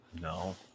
No